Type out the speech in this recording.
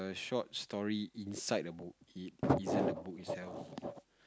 short story inside the book it isn't a book itself